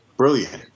brilliant